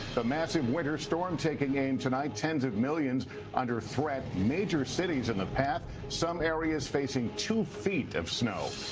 the massive winter storm taking aim tonight. tens of millions under threat. major cities in the path. some areas facing two feet of snow.